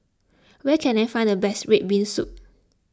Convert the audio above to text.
where can I find the best Red Bean Soup